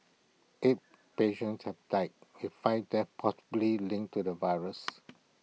eight patients have died with five deaths possibly linked to the virus